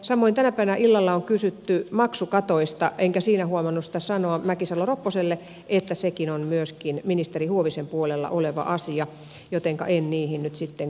samoin tänä päivänä illalla on kysytty maksukatoista enkä siinä huomannut sitä sanoa mäkisalo ropposelle että sekin on ministeri huovisen puolella oleva asia jotenka en niihin nyt sitten kommentoi